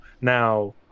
now